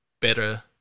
better